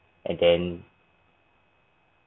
and then